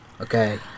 okay